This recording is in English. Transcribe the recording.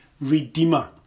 redeemer